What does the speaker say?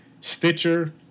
Stitcher